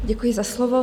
Děkuji za slovo.